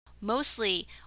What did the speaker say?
mostly